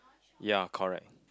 ya correct